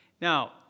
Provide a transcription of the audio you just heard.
Now